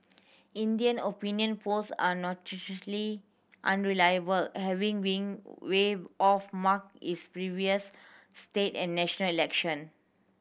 India opinion polls are unreliable having been way off mark is previous state and national election